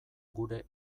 gure